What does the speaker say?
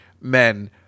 men